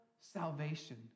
salvation